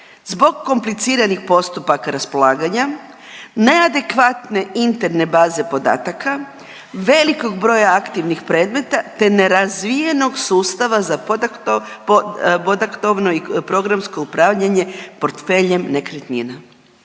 zbog kompliciranih postupaka raspolaganja, neadekvatne interne baze podataka, velikog broja aktivnih predmeta te nerazvijenog sustava za podatkovno i programsko upravljanje portfeljem nekretnina.